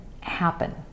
happen